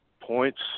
Points